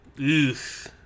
Oof